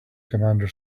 commander